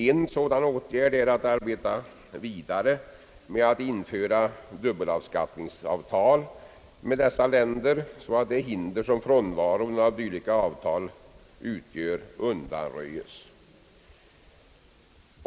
En sådan åtgärd är att arbeta vidare med att införa dubbelbeskattningsavtal med dessa länder, så att det hinder som frånvaron av dylika avtal utgör undanröjes.